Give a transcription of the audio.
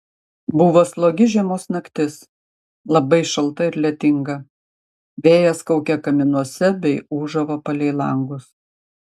buvo slogi žiemos naktis labai šalta ir lietinga vėjas kaukė kaminuose bei ūžavo palei langus